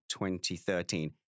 2013